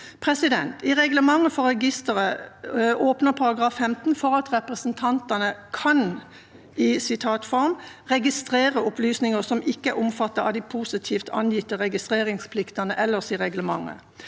informasjonen. I reglementet for registeret åpner § 15 for at representantene «kan» registrere opplysninger som ikke er omfattet av de positivt angitte registreringspliktene ellers i reglementet.